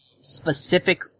specific